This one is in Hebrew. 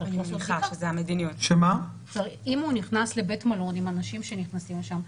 אם הוא נכנס לבית מלון עם אנשים שנכנסים לשם,